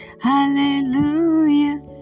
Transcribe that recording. Hallelujah